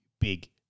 big